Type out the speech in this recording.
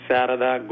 Sarada